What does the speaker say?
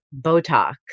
Botox